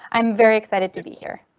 i'm very excited to be here.